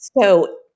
So-